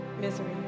misery